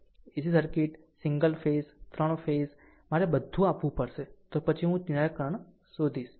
AC circuit single phase 3 phase મારે બધું આપવું પડશે તો પછી હું નિરાકરણ શોધીશ